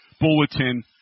bulletin